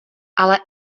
ale